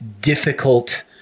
difficult